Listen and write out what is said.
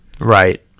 Right